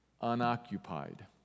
unoccupied